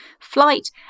flight